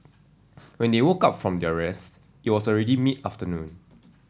when they woke up from their rest it was already mid afternoon